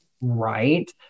right